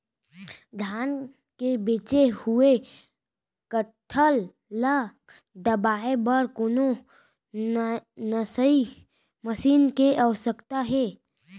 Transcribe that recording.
धान के बचे हुए डंठल ल दबाये बर कोन एसई मशीन के आवश्यकता हे?